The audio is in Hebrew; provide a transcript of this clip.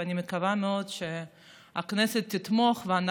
ואני מקווה מאוד שהכנסת תתמוך בה,